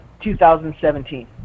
2017